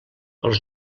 els